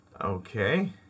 Okay